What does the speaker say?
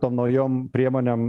tom naujom priemonėm